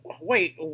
Wait